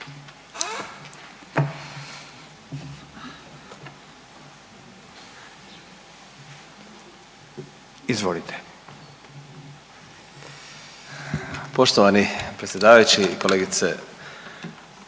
suverenisti)** Poštovani predsjedavajući, kolegice